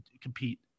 compete